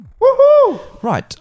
Right